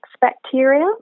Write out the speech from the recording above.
bacteria